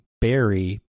berry